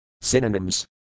Synonyms